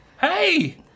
Hey